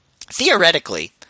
theoretically